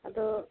ᱟᱫᱚ